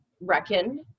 reckon